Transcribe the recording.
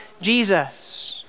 Jesus